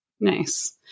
Nice